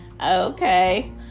Okay